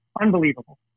Unbelievable